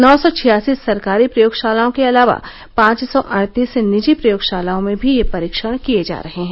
नौ सौ छियासी सरकारी प्रयोगशालाओं के अलावा पांच सौ अड़तीस निजी प्रयोगशालाओं में भी ये परीक्षण किए जा रहे हैं